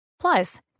Plus